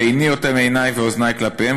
ואיני אוטם עיני ואוזני כלפיהם,